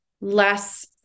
less